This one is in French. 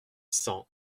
cent